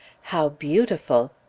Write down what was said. how beautiful!